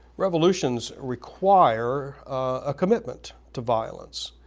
revolutions require a commitment to violence.